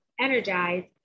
energized